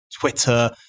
Twitter